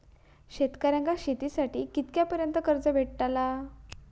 शेतकऱ्यांका शेतीसाठी कितक्या पर्यंत कर्ज भेटताला?